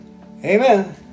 Amen